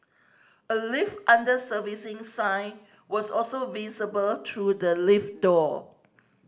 a lift under servicing sign was also visible through the lift door